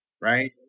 right